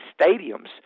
stadiums